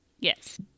Yes